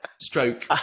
stroke